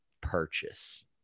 purchase